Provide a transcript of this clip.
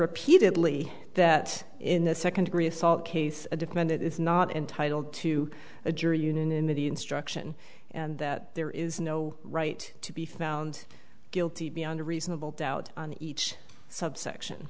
repeatedly that in the second degree assault case a defendant is not entitled to a jury unanimity instruction and that there is no right to be found guilty beyond a reasonable doubt on each subsection